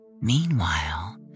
Meanwhile